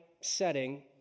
setting